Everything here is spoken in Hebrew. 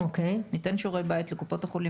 ניתן שיעורי בית לקופות החולים,